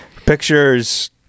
Pictures